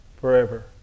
forever